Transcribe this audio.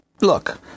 look